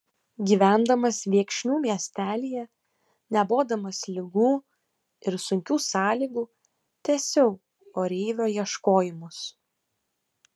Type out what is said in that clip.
gyvendamas viekšnių miestelyje nebodamas ligų ir sunkių sąlygų tęsiau oreivio ieškojimus